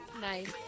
Nice